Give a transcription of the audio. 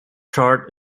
chart